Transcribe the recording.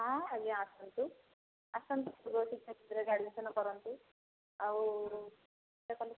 ହଁ ଆଜ୍ଞା ଆସନ୍ତୁ ଆସନ୍ତୁ ଆମ ଶିକ୍ଷାକ୍ଷେତ୍ରରେ ଆଡ଼ମିଶନ୍ କରନ୍ତୁ ଆଉ ଦେଖନ୍ତୁ